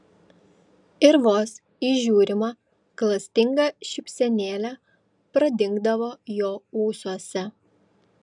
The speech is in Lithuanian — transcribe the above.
ir vos įžiūrima klastinga šypsenėlė pradingdavo jo ūsuose